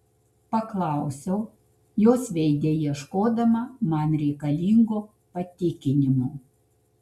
paklausiau jos veide ieškodama man reikalingo patikinimo